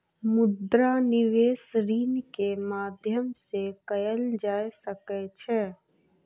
मुद्रा निवेश ऋण के माध्यम से कएल जा सकै छै